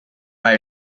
bij